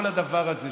כל הדבר הזה,